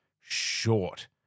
short